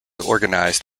organised